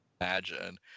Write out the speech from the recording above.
imagine